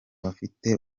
bafite